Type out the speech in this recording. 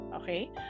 okay